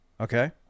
Okay